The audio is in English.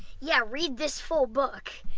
yeah, read this full book.